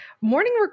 morning